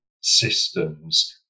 systems